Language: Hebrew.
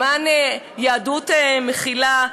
למען יהדות מכילה,